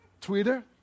Twitter